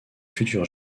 futur